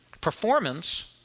Performance